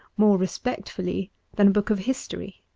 more respectfully than a book of history.